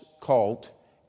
cult